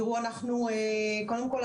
קודם כל,